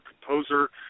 composer